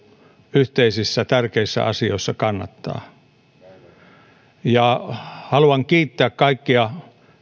yhteisissä tärkeissä asioissa kannattaa haluan kiittää kaikkia